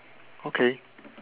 okay